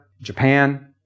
Japan